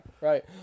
Right